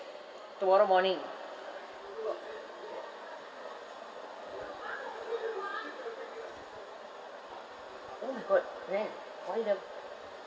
tomorrow morning oh my god when why the